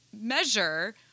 measure